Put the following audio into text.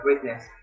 greatness